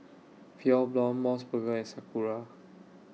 Pure Blonde Mos Burger and Sakura